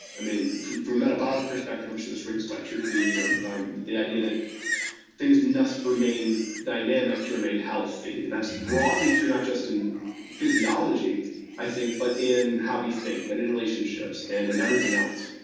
i mean from from metabolic perspective i'm sure this rings quite true for you you know the idea that things must remain dynamic to remain healthy, and that's broadly true, not just in physiology i think but in how we think and in relationships and in everything else.